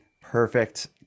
Perfect